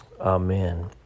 amen